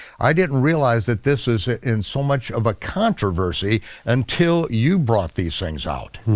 i didn't realize that this is in so much of a controversy until you brought these things out.